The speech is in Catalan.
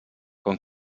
com